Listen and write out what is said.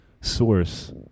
source